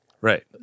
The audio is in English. Right